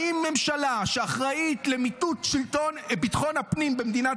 האם ממשלה שאחראית למיטוט ביטחון הפנים במדינת